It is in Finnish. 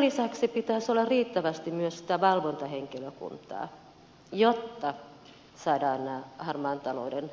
lisäksi pitäisi olla riittävästi myös valvontahenkilökuntaa jotta saadaan tämä harmaan talouden